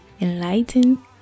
enlighten